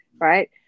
right